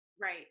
Right